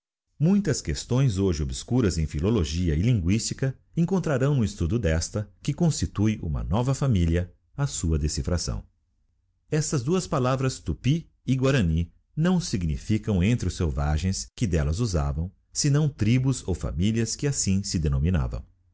muitas questões hoje obscuras em philologia e linguistica encondigiti zedby google trarão no estudo desta que constitue uma nova família a sua decifração estas duas palavras tupy e guarany não significavam entre os selvagens que delias usavam senão tribus ou famílias que assim se denominavam